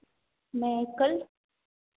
नहीं कल